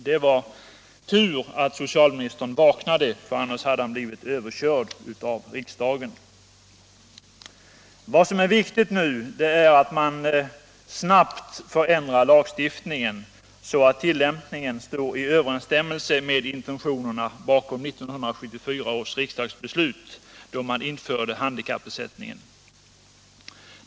Det var tur att socialministern vaknade, för annars hade han blivit överkörd av riksdagen. Vad som är viktigt nu är att man snabbt förändrar lagstiftningen så att tillämpningen står i överensstämmelse med intentionerna bakom 1974 års riksdagsbeslut då man införde handikappersättningen.